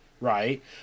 right